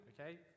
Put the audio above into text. okay